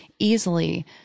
easily